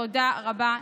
תודה רבה.